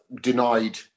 denied